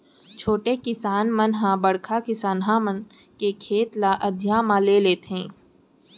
छोटे किसान मन ह बड़का किसनहा मन के खेत ल अधिया म ले लेथें